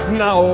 now